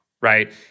right